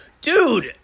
dude